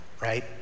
right